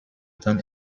than